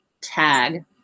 tag